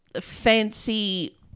fancy